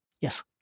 Yes